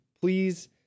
please